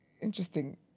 interesting